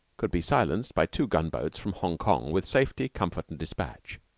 could be silenced by two gunboats from hong kong with safety, comfort, and despatch.